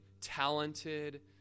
talented